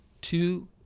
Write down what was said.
two